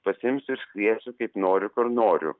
pasiimsiu iškviesiu kaip noriu kur noriu